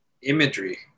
imagery